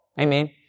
amen